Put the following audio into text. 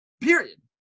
period